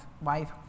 wife